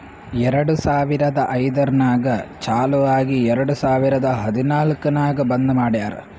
ಎರಡು ಸಾವಿರದ ಐಯ್ದರ್ನಾಗ್ ಚಾಲು ಆಗಿ ಎರೆಡ್ ಸಾವಿರದ ಹದನಾಲ್ಕ್ ನಾಗ್ ಬಂದ್ ಮಾಡ್ಯಾರ್